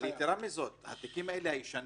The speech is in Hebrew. יתרה מזו, התיקים האלה הישנים,